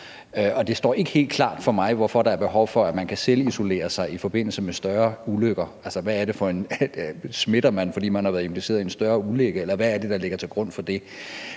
Det står ikke helt klart for mig, hvorfor der er behov for, at man kan selvisolere sig i forbindelse med større ulykker. Smitter man, fordi man har været impliceret i en større ulykke,